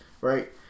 right